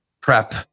prep